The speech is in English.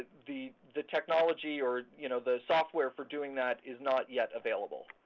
the the technology or you know the software for doing that is not yet available.